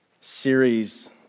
series